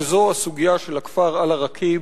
וזו הסוגיה של הכפר אל-עראקיב,